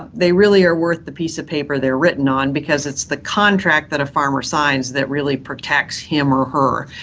they really are worth the piece of paper they are written on because it's the contract that a farmer signs that really protects him or her.